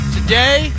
Today